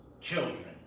children